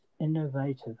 innovative